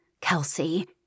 Kelsey